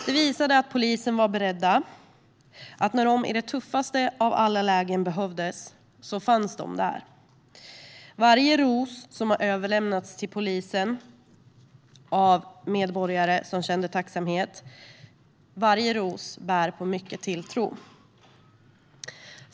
Det visade att polisen var beredd och att de när de i de tuffaste av alla lägen behövdes fanns där. Varje ros som har överlämnats till polisen av medborgare som kände tacksamhet bär på mycket tilltro.